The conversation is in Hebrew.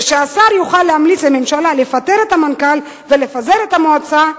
ושהשר יוכל להמליץ לממשלה לפטר את המנכ"ל ולפזר את המועצה,